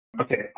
Okay